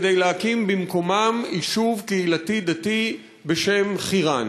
כדי להקים במקומם יישוב קהילתי דתי בשם חירן.